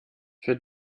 für